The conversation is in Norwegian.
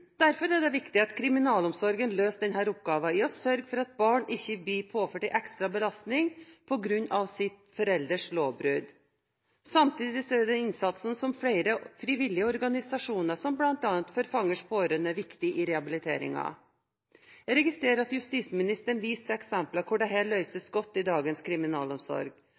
Derfor er det viktig at kriminalomsorgen løser denne oppgaven med å sørge for at barn ikke blir påført en ekstra belastning på grunn av sin forelders lovbrudd. Samtidig er innsatsen til flere frivillige organisasjoner, som bl.a. For Fangers Pårørende, viktig i rehabiliteringen. Jeg registrerer at justisministeren viser til eksempler hvor dette løses godt i dagens kriminalomsorg,